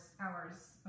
hours